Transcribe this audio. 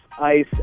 ice